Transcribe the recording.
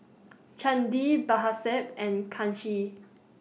Chandi and Kanshi